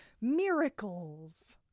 Miracles